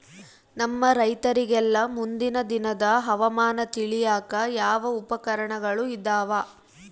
ನಮ್ಮ ರೈತರಿಗೆಲ್ಲಾ ಮುಂದಿನ ದಿನದ ಹವಾಮಾನ ತಿಳಿಯಾಕ ಯಾವ ಉಪಕರಣಗಳು ಇದಾವ?